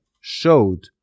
showed